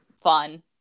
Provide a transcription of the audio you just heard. fun